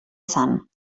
sant